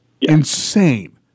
insane